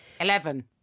Eleven